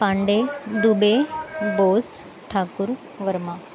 Pande Dubey Bose Thakur Verma